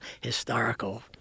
historical